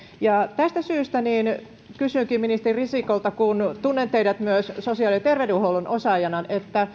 tästä syystä kysynkin ministeri risikolta kun tunnen teidät myös sosiaali ja terveydenhuollon osaajana